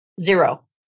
Zero